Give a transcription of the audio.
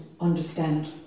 understand